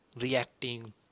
reacting